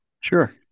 Sure